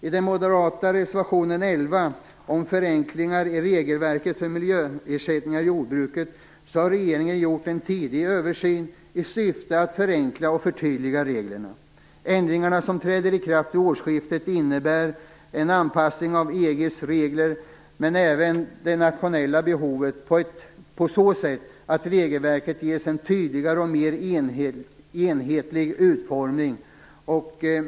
I den moderata reservationen 11 om förenklingar i regelverket för miljöersättningar i jordbruket har regeringen gjort en tidig översyn i syfte att förenkla och förtydliga reglerna. Ändringarna, som träder i kraft vid årsskiftet, innebär en anpassning till EG:s regler men även till nationella behov på så sätt att regelverket ges en tydligare och mer enhetlig utformning.